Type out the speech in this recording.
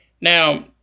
Now